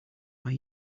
are